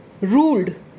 ruled